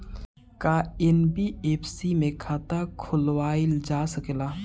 का एन.बी.एफ.सी में खाता खोलवाईल जा सकेला?